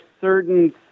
certain